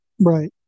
right